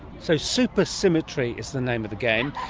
so super symmetry is the name of the game.